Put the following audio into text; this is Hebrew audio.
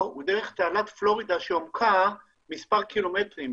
הוא דרך תעלת פלורידה שעומקה מספר קילומטרים,